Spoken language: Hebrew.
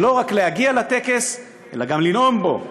ולא רק להגיע לטקס אלא גם לנאום בו.